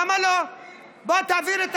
בוא תעביר את